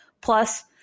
Plus